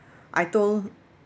I told